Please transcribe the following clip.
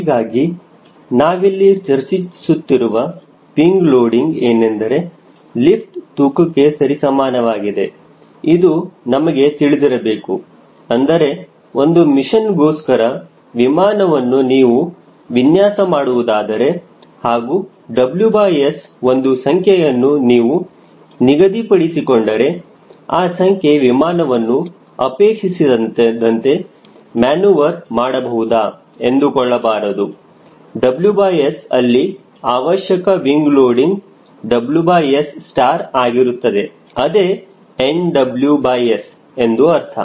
ಹೀಗಾಗಿ ನಾವಿಲ್ಲಿ ಚರ್ಚಿಸುತ್ತಿರುವ ವಿಂಗ ಲೋಡಿಂಗ್ ಏನೆಂದರೆ ಲಿಫ್ಟ್ ತೂಕಕ್ಕೆ ಸರಿಸಮಾನವಾಗಿದೆ ಇದು ನಮಗೆ ತಿಳಿದಿರಬೇಕು ಅಂದರೆ ಒಂದು ಮಿಷನ್ ಗೋಸ್ಕರ ವಿಮಾನವನ್ನು ನೀವು ವಿನ್ಯಾಸ ಮಾಡುವುದಾದರೆ ಹಾಗೂ WS ಒಂದು ಸಂಖ್ಯೆಯನ್ನು ನೀವು ನಿಗದಿಪಡಿಸಿ ಕೊಂಡರೆ ಆ ಸಂಖ್ಯೆ ವಿಮಾನವನ್ನು ಅಪೇಕ್ಷಿಸಿದಂತೆ ಮ್ಯಾನುವರ್ ಮಾಡಬಹುದಾ ಎಂದುಕೊಳ್ಳಬಾರದು WS ಅಲ್ಲಿ ಅವಶ್ಯಕ ವಿಂಗ ಲೋಡಿಂಗ್ WS ಆಗಿರುತ್ತದೆ ಅದೇ nWS ಎಂದು ಅರ್ಥ